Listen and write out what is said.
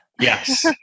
Yes